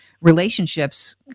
relationships